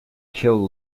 killed